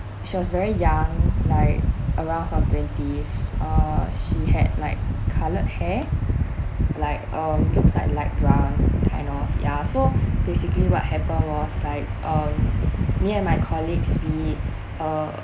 she was very young like around her twenties uh she had like coloured hair like uh looks like light brown kind of ya so basically what happened was like um me and my colleagues we uh